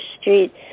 Street